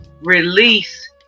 release